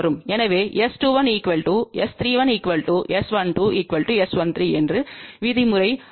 எனவே S21 S31 S12 S13என்று விதிமுறைலலாம்